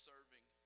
serving